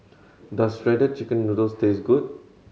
does Shredded Chicken Noodles taste good